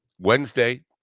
Wednesday